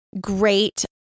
great